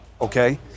okay